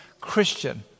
Christian